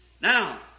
Now